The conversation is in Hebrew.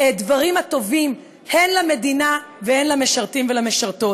הדברים הטובים הן למדינה והן למשרתים ולמשרתות.